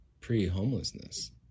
pre-homelessness